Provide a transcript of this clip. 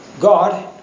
God